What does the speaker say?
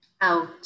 out